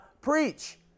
Preach